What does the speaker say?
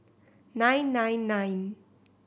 nine nine nine